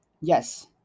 Yes